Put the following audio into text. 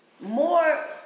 more